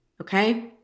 okay